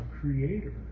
Creator